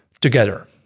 together